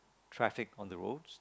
traffic on the roads